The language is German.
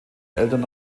eltern